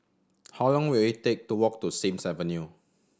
how long will it take to walk to Sims Avenue